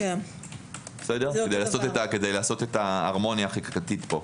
כדי לעשות את ההרמוניה החקיקתית פה.